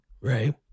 right